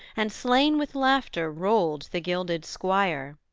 and slain with laughter rolled the gilded squire.